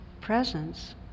presence